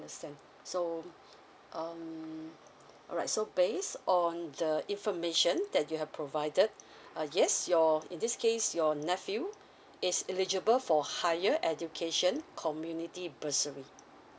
understand so um alright so based on the information that you have provided uh yes your in this case your nephew is eligible for higher education community bursary